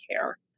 care